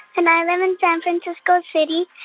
and i live in san francisco city.